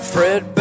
Fred